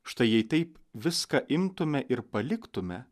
štai jei taip viską imtume ir paliktume